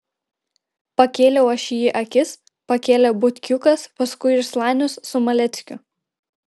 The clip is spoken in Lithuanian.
pakėliau aš į jį akis pakėlė butkiukas paskui ir slanius su maleckiu